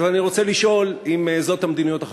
אז אני רוצה לשאול, האם זאת המדיניות החדשה?